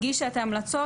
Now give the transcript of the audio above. הגישה את ההמלצות,